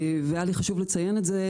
היה לי חשוב לציין את זה,